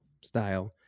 style